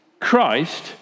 Christ